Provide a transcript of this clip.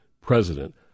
president